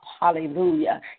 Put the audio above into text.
Hallelujah